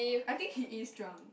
I think he is drunk